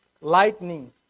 lightning